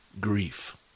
grief